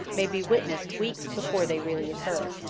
may be witnessed weeks before they really occur.